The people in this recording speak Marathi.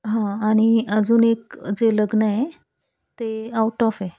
हा आणि अजून एक जे लग्न आहे ते आऊट ऑफ आहे